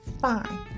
fine